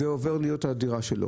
זה עובר להיות הדירה שלו.